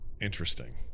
Interesting